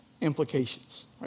implications